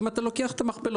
זה אם אתה לוקח את המכפלות.